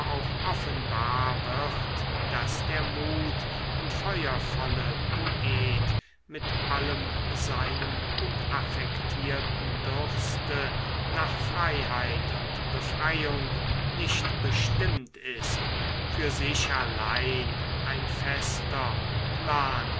auch offenbar wird daß der mut und feuervolle poet mit allem seinem unaffektierten durste nach freiheit und befreiung nicht bestimmt ist für sich allein ein fester plan